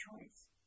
choice